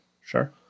Sure